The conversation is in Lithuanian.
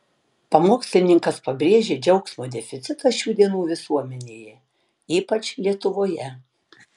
pamokslininkas pabrėžė džiaugsmo deficitą šių dienų visuomenėje ypač lietuvoje